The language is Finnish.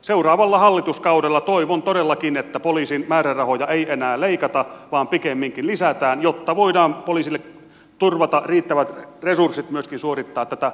seuraavalla hallituskaudella toivon todellakin että poliisin määrärahoja ei enää leikata vaan pikemminkin lisätään jotta voidaan poliisille turvata riittävät resurssit myöskin suorittaa tätä arvokasta rattijuoppovalvontaa